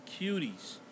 Cuties